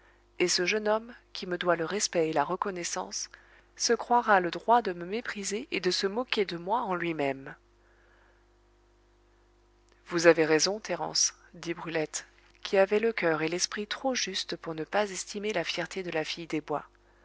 et ce jeune homme qui me doit le respect et la reconnaissance se croira le droit de me mépriser et de se moquer de moi en lui-même vous avez raison thérence dit brulette qui avait le coeur et l'esprit trop justes pour ne pas estimer la fierté de la fille des bois